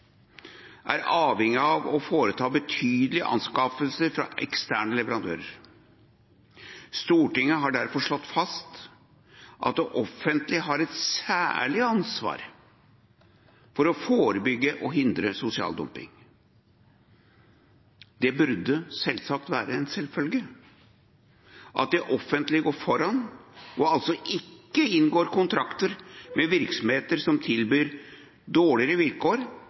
er avhengig av å foreta betydelige anskaffelser fra eksterne leverandører. Stortinget har derfor slått fast at det offentlige har et særlig ansvar for å forebygge og hindre sosial dumping. Det burde være en selvfølge at det offentlige går foran og ikke inngår kontrakter med virksomheter som tilbyr dårligere vilkår